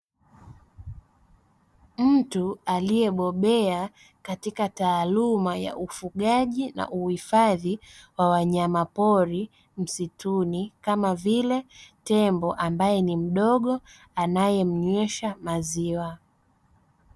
Mtu aliyebobea katika taaluma ya ufugaji na uhifadhi wa wanyama pori msituni kama vile tembo ambaye ni mdogo, anayemnywesha maziwa.